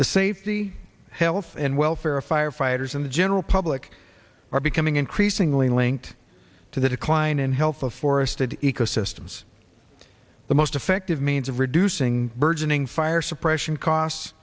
the safety health and welfare of firefighters and the general public are becoming increasingly linked to the decline in health of forested ecosystems the most effective means of reducing burgeoning fire suppression cos